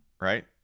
right